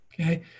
Okay